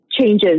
changes